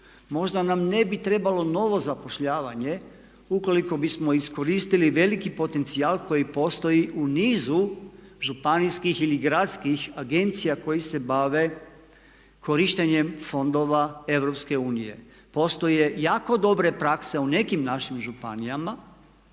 Možda nam ne bi trebalo novo zapošljavanje ukoliko bismo iskoristili veliki potencijal koji postoji u nizu županijskih ili gradskih agencija koje se bave korištenjem fondova EU. Postoje jako dobre prakse u nekim našim županijama,